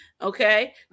Okay